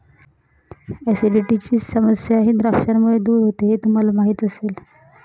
ऍसिडिटीची समस्याही द्राक्षांमुळे दूर होते हे तुम्हाला माहिती असेल